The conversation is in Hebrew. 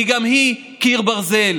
כי גם היא קיר ברזל,